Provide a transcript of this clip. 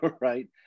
right